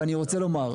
ואני רוצה לומר,